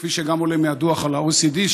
כפי שגם עולה מהדוח על ה-OECD,